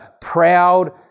proud